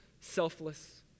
selfless